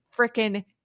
freaking